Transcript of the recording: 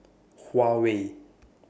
Huawei